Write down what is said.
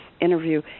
interview